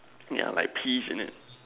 yeah like peas in it